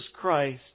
Christ